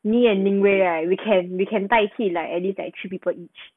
me and linguae right we can we can 代替 like at least that three people each